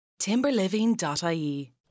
Timberliving.ie